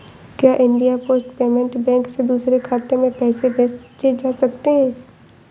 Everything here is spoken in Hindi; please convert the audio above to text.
क्या इंडिया पोस्ट पेमेंट बैंक से दूसरे खाते में पैसे भेजे जा सकते हैं?